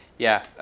yeah.